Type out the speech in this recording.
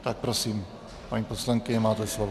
Tak prosím, paní poslankyně, máte slovo.